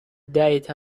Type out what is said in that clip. diet